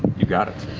you got it.